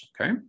okay